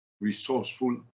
resourceful